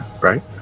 Right